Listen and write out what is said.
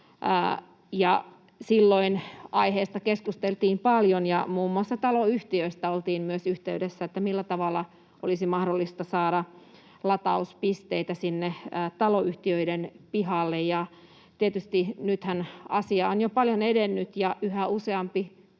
Silloin aiheesta keskusteltiin paljon, ja muun muassa taloyhtiöistä oltiin yhteydessä, että millä tavalla olisi mahdollista saada latauspisteitä sinne taloyhtiöiden pihoille. Nythän asia on jo paljon edennyt ja yhä useampi